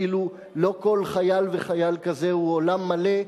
כאילו לא כל חייל וחייל כזה הוא עולם מלא.